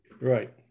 right